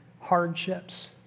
hardships